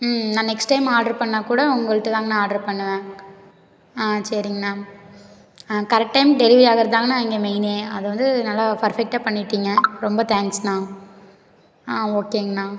ம் நான் next time order பண்ணிணா கூட உங்கள்கிட்டதாங்ண்ணா ஆர்ட்ரு பண்ணுவேன் ஆ சரிங்ண்ணா ஆ கரெக்ட் டைம் டெலிவரி ஆகிறதுதாங்ண்ணா இங்கே மெயின்னே அது வந்து நல்லா பர்ஃபெக்டாக பண்ணிட்டீங்க ரொம்ப தேங்க்ஸ்ண்ணா ஆ ஓகேங்ண்ணா